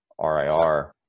rir